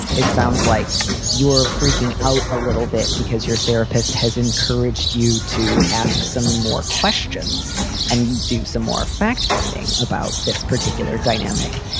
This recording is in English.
it sounds like you're freaking out a little bit because your therapist has encouraged you to ask some more questions and do some more fact finding about this particular dynamic.